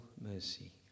mercy